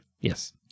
Yes